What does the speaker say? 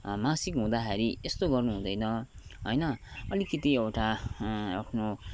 मासिक हुँदाखेरि यस्तो गर्नु हुँदेन होइन अलिकति एउटा आफ्नो